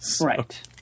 Right